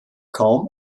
kaum